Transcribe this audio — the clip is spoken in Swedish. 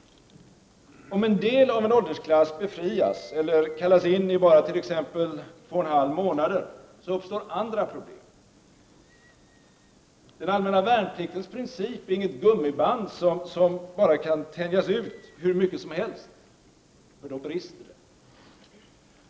Om en del av en åldersklass befrias — eller kallas in i bara t.ex. två och en halv månader — uppstår andra problem. Den allmänna värnpliktens princip är inte ett gummiband som kan tänjas ut hur mycket som helst, för då brister det.